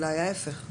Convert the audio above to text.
אולי ההיפך.